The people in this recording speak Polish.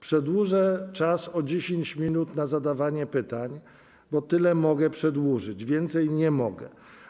Przedłużę czas o 10 minut na zadawanie pytań, bo tyle mogę przedłużyć, więcej nie mogę.